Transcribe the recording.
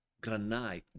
granite